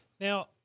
Now